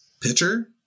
Pitcher